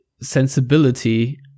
sensibility